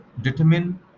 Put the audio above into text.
Determine